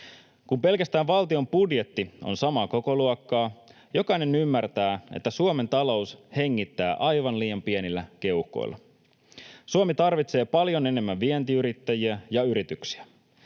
Kun pelkästään valtion budjetti on samaa kokoluokkaa, jokainen ymmärtää, että Suomen talous hengittää aivan liian pienillä keuhkoilla. Suomi tarvitsee paljon enemmän vientiyrittäjiä ja -yrityksiä.